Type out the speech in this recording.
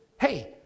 Hey